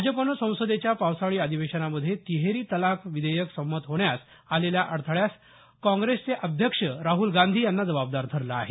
भाजपनं संसदेच्या पावसाळी अधिवेशनामध्ये तिहेरी तलाक विधेयक संमत होण्यास आलेल्या अडथळ्यास काँग्रेसचे अध्यक्ष राहल गांधी यांना जबाबदार धरलं आहे